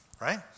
right